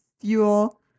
fuel